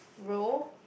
row